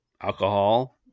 alcohol